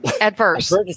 Adverse